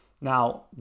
Now